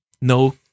no